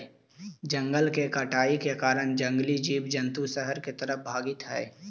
जंगल के कटाई के कारण जंगली जीव जंतु शहर तरफ भागित हइ